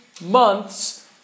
months